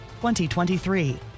2023